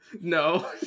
No